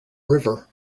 river